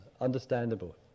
understandable